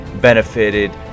benefited